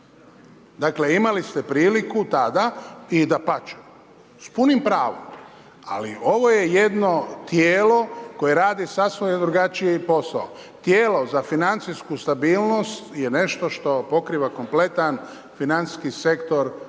Dakle imali ste priliku tada i dapače s punim pravom, ali ovo je jedno tijelo koje radi sasvim drugačiji posao. Tijelo za financijsku stabilnost je nešto što pokriva kompletan financijski sektor RH.